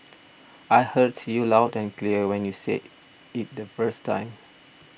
I heard you loud and clear when you said it the first time